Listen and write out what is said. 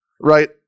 right